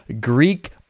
Greek